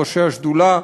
ראשי השדולה.